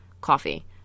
coffee